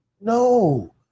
No